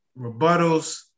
Rebuttals